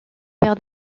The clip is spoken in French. père